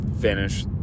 finish